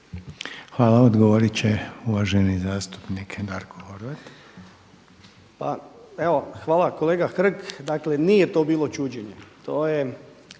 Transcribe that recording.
Hvala. Odgovoriti će uvaženi zastupnik Branimir